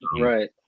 right